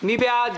מי בעד?